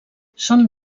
són